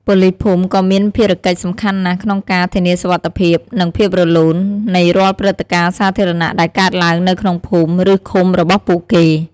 ប៉ូលីសភូមិក៏មានភារកិច្ចសំខាន់ណាស់ក្នុងការ ធានាសុវត្ថិភាព និងភាពរលូន នៃរាល់ព្រឹត្តិការណ៍សាធារណៈដែលកើតឡើងនៅក្នុងភូមិ ឬឃុំរបស់ពួកគេ។